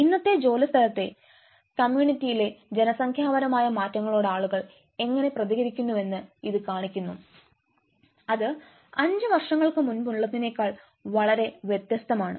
ഇന്നത്തെ ജോലിസ്ഥലത്തെ കമ്മ്യൂണിറ്റിയിലെ ജനസംഖ്യാപരമായ മാറ്റങ്ങളോട് ആളുകൾ എങ്ങനെ പ്രതികരിക്കുന്നുവെന്ന് ഇത് കാണിക്കുന്നു ഇത് അഞ്ച് വർഷങ്ങൾക്ക് മുമ്പുള്ളതിനേക്കാൾ വളരെ വ്യത്യസ്തമാണ്